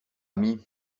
ami